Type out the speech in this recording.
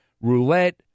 roulette